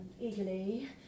eagerly